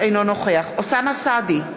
אינו נוכח אוסאמה סעדי,